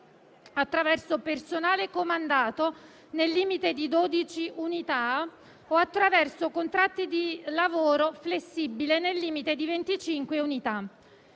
attraverso personale comandato, nel limite di 12 unità, o attraverso contratti di lavoro flessibile, nel limite di 25 unità.